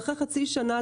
אחרי חצי שנה,